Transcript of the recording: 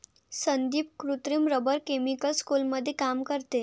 संदीप कृत्रिम rubber chemical स्कूलमध्ये काम करते